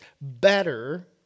better